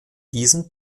diesem